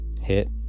hit